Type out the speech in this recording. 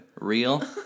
real